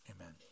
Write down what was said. Amen